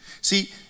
See